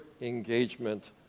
engagement